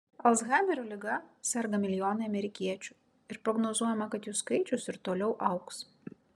alzhaimerio liga serga milijonai amerikiečių ir prognozuojama kad jų skaičius ir toliau augs